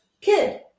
kid